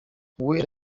uwera